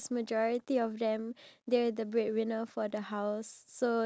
I think the reason for that is because of the generation gap